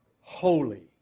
holy